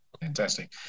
fantastic